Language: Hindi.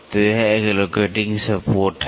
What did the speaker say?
तो यह एक लोकेटिंग सपोर्ट है